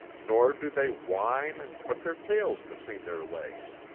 nor do they whine and put their tails between their legs.